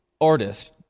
artist